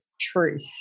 truth